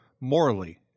morally